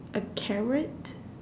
a carrot